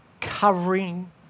covering